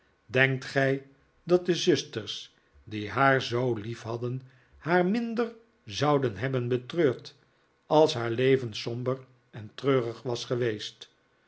denkt gij dat de zusters die hdar zoo liefhadden haar minder zouden hebben betreurd als haar leven somber en treurig was geweest